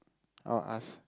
I'll ask